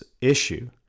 issue